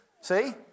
See